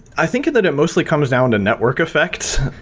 i think that it mostly comes down to network effect,